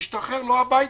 משתחרר לא הביתה,